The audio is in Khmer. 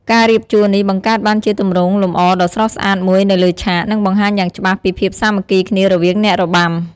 ការរៀបជួរនេះបង្កើតបានជាទម្រង់លម្អរដ៏ស្រស់ស្អាតមួយនៅលើឆាក និងបង្ហាញយ៉ាងច្បាស់ពីភាពសាមគ្គីគ្នារវាងអ្នករបាំ។